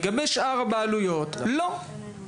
לגבי שאר הבעלויות לא.